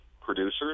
producers